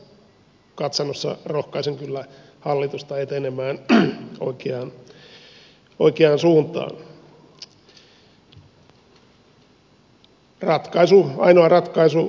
tässä katsannossa rohkaisen kyllä hallitusta etenemään oikeaan suuntaan